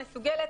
מסוגלת,